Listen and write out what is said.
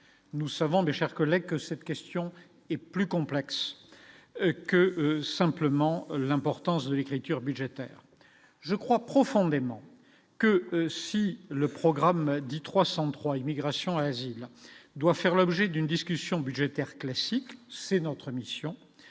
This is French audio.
nous savons, mes chers collègues, que cette question est plus complexe que simplement l'importance de l'écriture budgétaire je crois profondément que si le programme dit 303 Immigration, asile doit faire l'objet d'une discussion budgétaire classique, c'est notre mission,